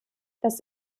das